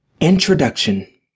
Introduction